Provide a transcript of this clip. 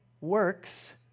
works